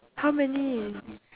how many